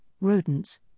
rodents